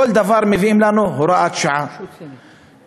על כל דבר מביאים לנו הוראת שעה: חוקי-יסוד,